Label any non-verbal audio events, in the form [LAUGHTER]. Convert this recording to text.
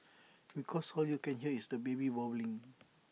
[NOISE] because all you can hear is the baby bawling [NOISE]